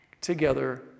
together